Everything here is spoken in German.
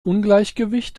ungleichgewicht